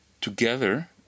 together